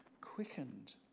quickened